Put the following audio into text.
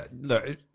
Look